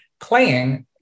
playing